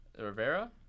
Rivera